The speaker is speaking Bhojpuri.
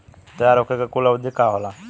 तैयार होखे के कूल अवधि का होला?